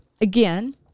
again